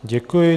Děkuji.